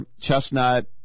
Chestnut